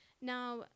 Now